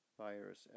virus